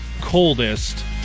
coldest